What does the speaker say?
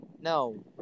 No